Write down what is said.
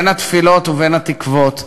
בין התפילות ובין התקוות.